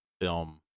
film